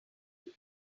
not